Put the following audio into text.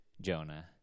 Jonah